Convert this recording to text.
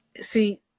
See